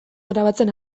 grabatzen